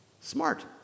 Smart